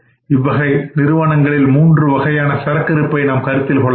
இவ்வகை உற்பத்தி நிறுவனங்களில் மூன்று வகையான சரக்கிருப்பை நாம் கருத்தில் கொள்ள வேண்டும்